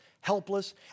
helpless